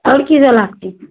आओर कि सब लागतै